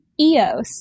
Eos